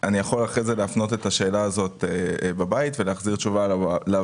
אני יכול אחר כך להפנות את השאלה הזאת לבית ולהחזיר תשובה לוועדה.